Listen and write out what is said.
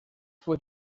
fue